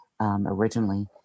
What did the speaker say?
originally